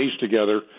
together